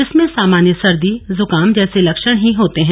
इसमें सामान्य सर्दी जुखाम जैसे लक्षण ही होते हैं